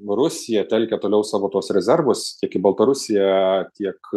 rusija telkia toliau savo tuos rezervus tiek į baltarusiją tiek